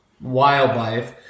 wildlife